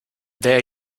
there